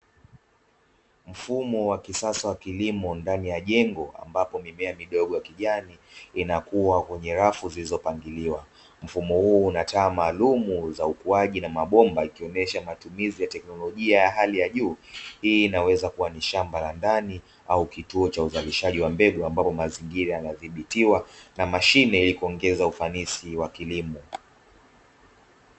Mfumo wa kisasa wa kilimo ndani ya jengo ambapo nimea midogo ya kijani inakuwa kwenye rafu zilizopakngiliwa, mfumo huu unataa maalum za ukuaji na mabomba ikionyesha matumizi ya teknolojia ya hali ya juu hii inaweza kuwa ni shamba la ndani au, kituo cha uzalishaji wa mbegu ambapo mazingira yanathibitiwa na mashine ili kuongeza ufanisi wa kilimo.